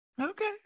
okay